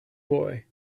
boy